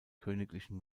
königlichen